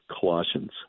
Colossians